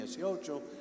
18